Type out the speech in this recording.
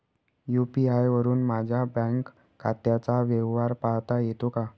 UPI वरुन माझ्या bank खात्याचा व्यवहार पाहता येतो का?